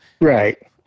Right